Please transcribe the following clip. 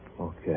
Okay